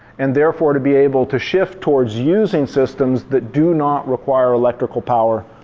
and therefore, to be able to shift towards using systems that do not require electrical power.